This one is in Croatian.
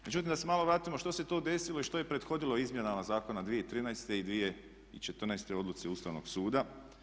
Međutim, da se malo vratimo što se tu desilo i što je prethodilo izmjenama zakona 2013. i 2014. u odluci Ustavnog suda.